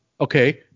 Okay